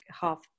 half